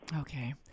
Okay